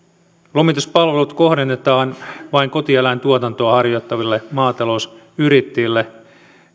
lomituspalvelut kohdennetaan vain kotieläintuotantoa harjoittaville maatalousyrittäjille